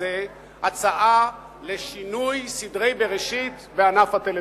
הזה הצעה לשינוי סדרי בראשית בענף הטלוויזיה,